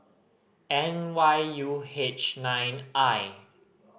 N Y U H nine I